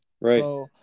Right